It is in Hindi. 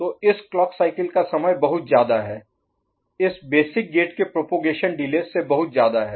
तो इस क्लॉक साइकिल का समय बहुत ज्यादा है इस बेसिक गेट के प्रोपगेशन डिले से बहुत ज्यादा है